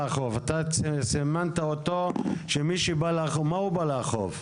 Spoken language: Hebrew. סימנת, מה זה בא לאכוף?